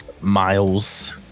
Miles